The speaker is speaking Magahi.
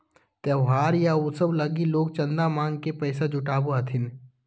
त्योहार या उत्सव लगी लोग चंदा मांग के पैसा जुटावो हथिन